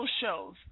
shows